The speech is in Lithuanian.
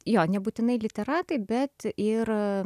jo nebūtinai literatai bet ir